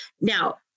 Now